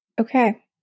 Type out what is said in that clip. Okay